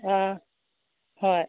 ꯑꯥ ꯍꯏ